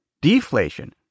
deflation